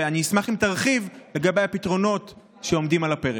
אני אשמח אם תרחיב לגבי הפתרונות שעומדים על הפרק.